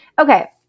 Okay